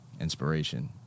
inspiration